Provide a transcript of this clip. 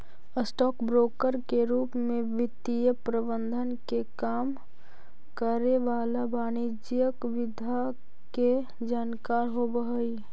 stock broker के रूप में वित्तीय प्रबंधन के काम करे वाला वाणिज्यिक विधा के जानकार होवऽ हइ